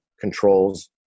controls